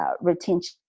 retention